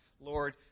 Lord